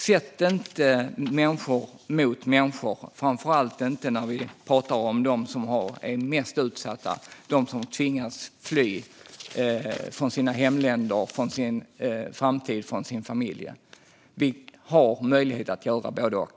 Sätt inte människor mot människor, framför allt inte när vi pratar om de mest utsatta, de som tvingas fly från sitt hemland, sin framtid och sin familj! Vi har möjlighet att göra både och.